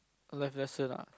life lesson ah